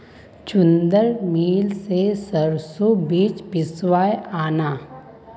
चंदूर मिल स सरसोर बीज पिसवइ आन